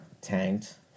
tanked